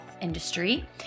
industry